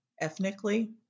ethnically